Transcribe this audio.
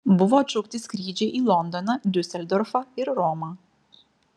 buvo atšaukti skrydžiai į londoną diuseldorfą ir romą